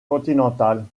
continental